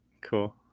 Cool